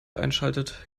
einschaltet